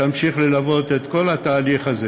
תמשיך ללוות את כל התהליך הזה.